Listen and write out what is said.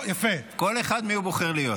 כל אחד מי שהוא בוחר להיות.